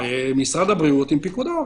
משרד הבריאות עם פיקוד העורף.